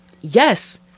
yes